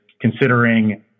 considering